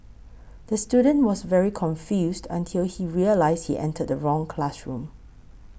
the student was very confused until he realised he entered the wrong classroom